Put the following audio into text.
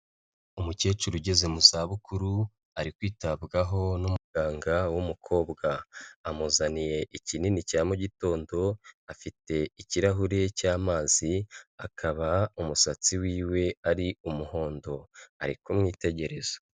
Umukecuru ugeze mu za bukuru, ari kwitabwaho n'umuganga w'umukobwa, amuzaniye ikinini cya mugitondo, afite ikirahure cy'amazi, akaba umusatsi wiwe ari umuhondo, ari kumwitegereza.